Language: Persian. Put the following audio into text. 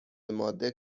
ماده